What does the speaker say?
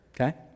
okay